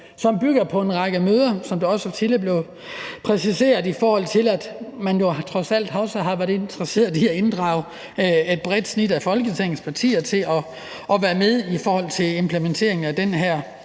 som bygger på en række møder, sådan som det også tidligere blev præciseret, da man trods alt også har været interesseret i at inddrage et bredt udsnit af folketingets partier i forbindelse med implementeringen af den her